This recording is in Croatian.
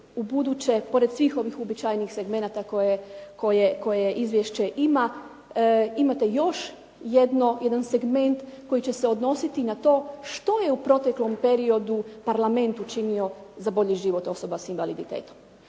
ubuduće pored svih ovih uobičajenih segmenata koje izvješće ima imate još jedan segment koji će se odnositi na to što je u proteklom periodu parlament učinio za bolji život osoba s invaliditetom.